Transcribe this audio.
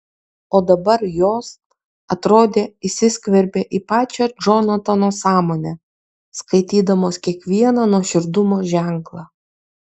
o dabar jos atrodė įsiskverbė į pačią džonatano sąmonę skaitydamos kiekvieną nuoširdumo ženklą